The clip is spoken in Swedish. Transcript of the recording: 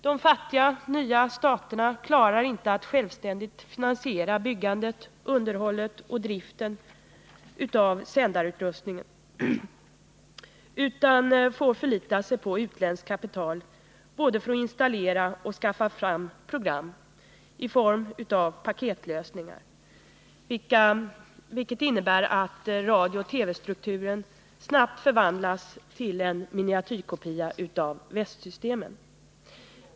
De fattiga nya staterna klarar inte att självständigt finansiera byggandet, underhållet och driften av sändarutrustning utan får förlita sig på utländskt kapital både för att installera utrustning och skaffa program i form av paketlösningar, vilket innebär att radiooch TV-strukturen snabbt förvandlas till en miniatyrkopia av västsystemen.